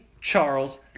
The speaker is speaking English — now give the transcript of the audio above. Charles